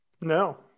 no